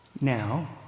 Now